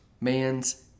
man's